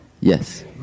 Yes